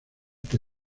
que